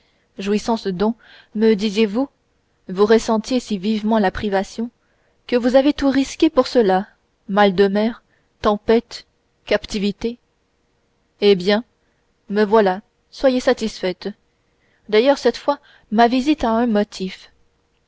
jouissance dont me disiez-vous vous ressentiez si vivement la privation que vous avez tout risqué pour cela mal de mer tempête captivité eh bien me voilà soyez satisfaite d'ailleurs cette fois ma visite a un motif